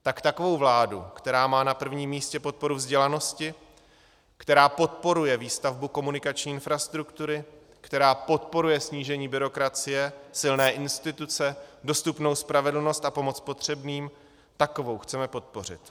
Tak takovou vládu, která má na prvním místě podporu vzdělanosti, která podporuje výstavbu komunikační infrastruktury, která podporuje snížení byrokracie, silné instituce, dostupnou spravedlnost a pomoc potřebným, takovou chceme podpořit.